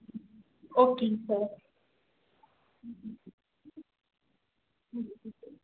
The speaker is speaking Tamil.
ஓகேங்க சார்